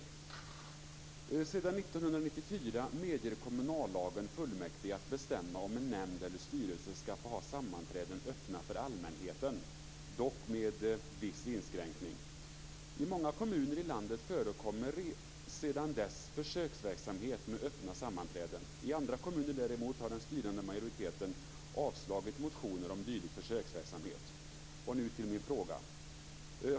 Sedan 1994 medger kommunallagen fullmäktige att bestämma om en nämnd eller styrelse skall få ha sammanträden öppna för allmänheten, dock med viss inskränkning. I många kommuner i landet har sedan dess förekommit försöksverksamhet med öppna sammanträden. I andra kommuner har den styrande majoriteten avslagit motioner om dylik försöksverksamhet.